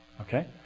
Okay